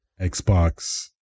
Xbox